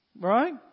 Right